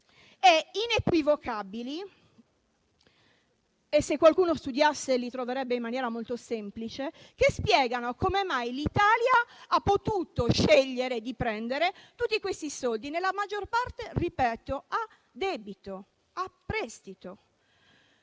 e inequivocabili - se qualcuno studiasse, li troverebbe in maniera molto semplice - che spiegano come mai l'Italia ha potuto scegliere di prendere tutti questi soldi nella maggior parte - ripeto - a debito, a prestito.